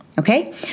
Okay